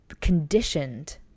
conditioned